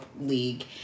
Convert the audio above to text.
League